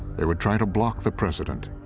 they would try to block the president,